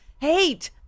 hate